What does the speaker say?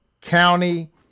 county